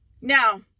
now